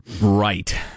Right